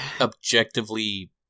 objectively